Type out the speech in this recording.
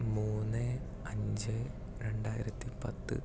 മൂന്ന് അഞ്ച് രണ്ടായിരത്തി പത്ത്